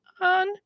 on